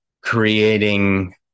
creating